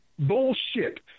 Bullshit